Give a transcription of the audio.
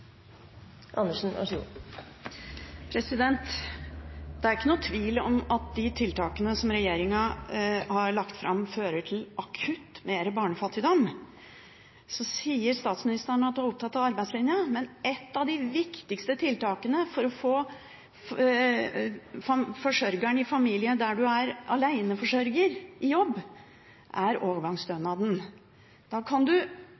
er ingen tvil om at tiltakene som regjeringen har foreslått, fører til akutt mer barnefattigdom. Statsministeren sier at hun er opptatt av arbeidslinja. Et av de viktigste tiltakene for å få aleneforsørgere i jobb er overgangsstønaden. Da kan man utdanne seg og kvalifisere seg i